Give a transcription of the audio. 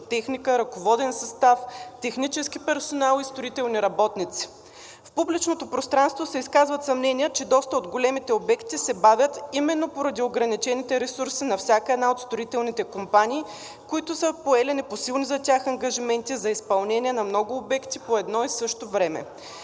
техника, ръководен състав, технически персонал и строителни работници. В публичното пространство се изказват съмнения, че доста от големите обекти се бавят именно поради ограничените ресурси на всяка една от строителните компании, които са поели непосилни за тях ангажименти за изпълнение на много обекти по едно и също време.